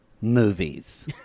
movies